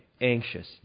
anxious